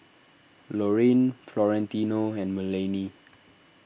Lorrayne Florentino and Melany